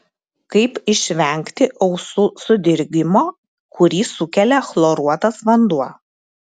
kaip išvengti ausų sudirgimo kurį sukelia chloruotas vanduo